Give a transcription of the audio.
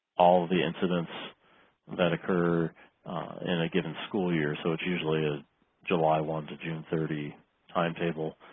all the incidents that occur in a given school year. so it's usually is july one to june thirty time table.